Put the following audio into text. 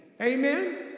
Amen